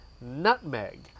nutmeg